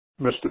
Mr